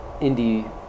indie